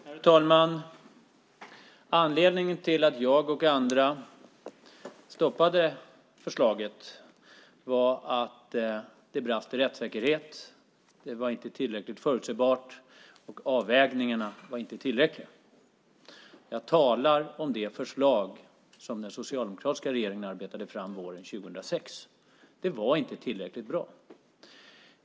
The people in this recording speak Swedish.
Herr talman! Anledningen till att jag och andra stoppade förslaget var att det brast i rättssäkerhet. Det var inte tillräckligt förutsebart, och avvägningarna var inte tillräckliga. Jag talar om det förslag som den socialdemokratiska regeringen arbetade fram våren 2006. Det var inte tillräckligt bra.